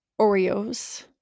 Oreos